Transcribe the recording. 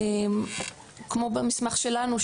כמו במסמך שלנו,